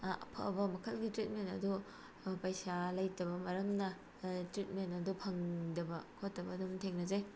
ꯑꯐꯕ ꯃꯈꯜꯒꯤ ꯇ꯭ꯔꯤꯠꯃꯦꯟ ꯑꯗꯨ ꯄꯩꯁꯥ ꯂꯩꯇꯕ ꯃꯔꯝꯅ ꯇ꯭ꯔꯤꯠꯃꯦꯟ ꯑꯗꯨ ꯐꯪꯗꯕ ꯈꯣꯠꯇꯕ ꯑꯗꯨꯝ ꯊꯦꯡꯅꯖꯩ